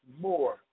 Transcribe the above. more